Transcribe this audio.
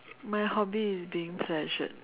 my hobby is being pleasured